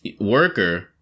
worker